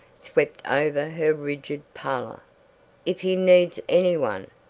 swept over her rigid pallor if he needs any one,